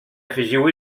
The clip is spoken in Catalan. afegiu